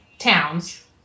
towns